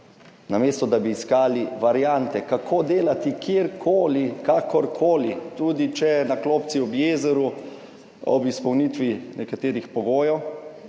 namesto da bi iskali variante, kako delati kjerkoli, kakorkoli, tudi če je to na klopci ob jezeru, ob izpolnitvi nekaterih pogojev,